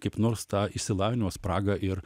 kaip nors tą išsilavinimo spragą ir